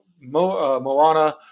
Moana